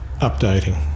updating